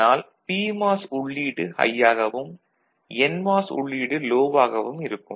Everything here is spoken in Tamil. அதனால் பிமாஸ் உள்ளீடு ஹை ஆகவும் என்மாஸ் உள்ளீடு லோ ஆகவும் இருக்கும்